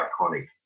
iconic